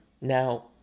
now